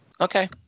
Okay